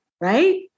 Right